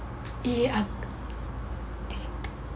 pilihan